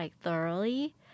thoroughly